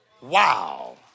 Wow